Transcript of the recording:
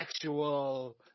Sexual